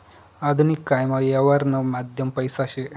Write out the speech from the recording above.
आधुनिक कायमा यवहारनं माध्यम पैसा शे